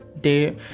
day